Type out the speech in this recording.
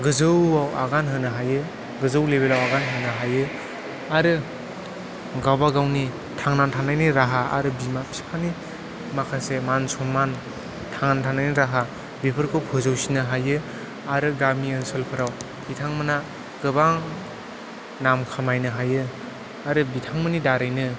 गोजौआव आगान होनो हायो गोजौ लेबेलाव आगान होनो हायो आरो गावबागावनि थांनानै थानायनि राहा आरो बिमा बिफानि माखासे मान सनमान थांना थानायनि राहा बेफोरखौ फोजौसिननो हायो आरो गामि ओनसोलफोराव बिथांमोना गोबां नाम खामायनो हायो आरो बिथांमोननि दारैनो